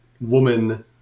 woman